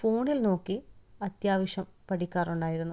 ഫോണില് നോക്കി അത്യാവശ്യം പഠിക്കാറുണ്ടായിരുന്നു